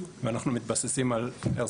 ואנחנו מתבססים על איירסופטים.